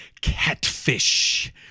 catfish